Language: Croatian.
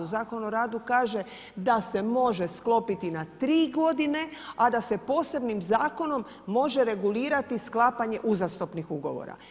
Zakon o radu kaže da se može sklopiti na tri godine, a da se posebnim zakonom može regulirati sklapanje uzastopnih ugovora.